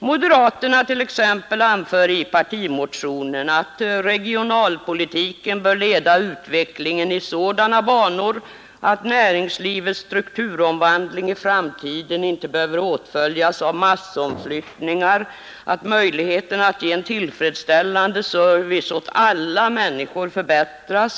Moderaterna t.ex. anför i sin stora partimotion att regionalpolitiken bör leda utvecklingen i sådana banor, att näringslivets strukturomvandling i framtiden inte behöver åtföljas av massomflyttningar och att möjligheterna att ge en tillfredsställande service åt alla människor förbättras.